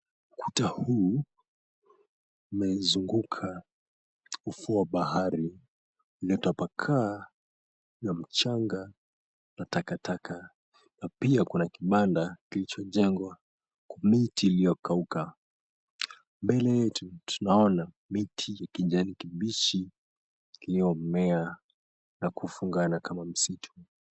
Ukuta huu umezunguka ufuo wa bahari uliotapakaa na mchanga na takataka, na pia kuna kibanda kilichojengwa kwa miti iliyokauka. Mbele tunaona miti ya kijani kibichi iliyomea na kufungana kama msitu.